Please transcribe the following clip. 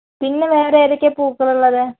പിന്നെ വേറെ ഏതൊക്കെയാ പൂക്കളുള്ളത്